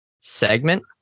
segment